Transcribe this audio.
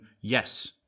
yes